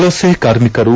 ವಲಸೆ ಕಾರ್ಮಿಕರು